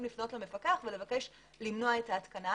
לפנות למפקח ולבקש למנוע את ההתקנה.